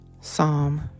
Psalm